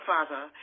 Father